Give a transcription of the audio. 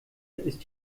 ist